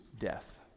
death